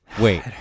Wait